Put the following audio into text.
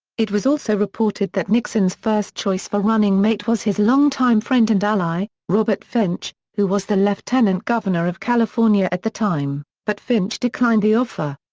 it was also reported that nixon's first choice for running mate was his longtime longtime friend and ally, robert finch, who was the lieutenant governor of california at the time, but finch declined the offer.